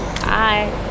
Bye